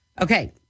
Okay